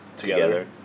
together